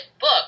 book